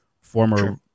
former